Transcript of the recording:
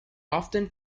often